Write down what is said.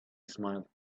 smiled